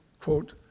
quote